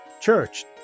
church